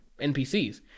NPCs